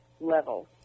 level